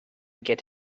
get